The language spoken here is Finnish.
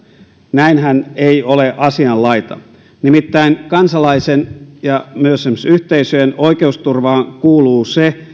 näinhän ei ole asianlaita nimittäin kansalaisten ja myös myös yhteisöjen oikeusturvaan kuuluu se